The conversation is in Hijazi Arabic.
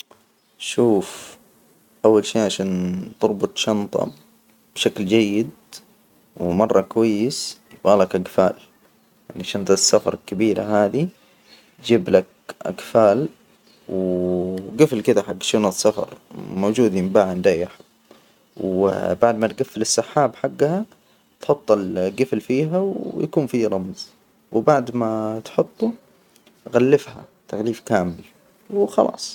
شوف أول شي عشان تربط شنطة بشكل جيد، ومرة كويس يبغالك أجفال، يعني شنطة السفر الكبيرة هذى جبلك أجفال جفل كده حج شنط السفر، موجود ينباع عند أي أحد، و بعد ما تجفل السحاب حجها تحط الجفل فيها ويكون فيه رمز، وبعد ما تحطه. غلفها تغليف كامل وخلاص.